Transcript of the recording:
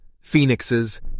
phoenixes